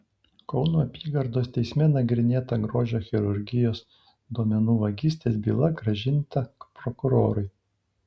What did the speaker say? kauno apygardos teisme nagrinėta grožio chirurgijos duomenų vagystės byla grąžinta prokurorui